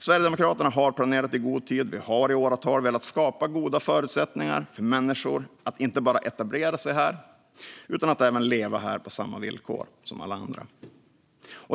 Sverigedemokraterna har planerat i god tid, och vi har i åratal velat skapa goda förutsättningar för människor att inte bara etablera sig här utan även leva här på samma villkor som alla andra.